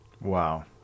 Wow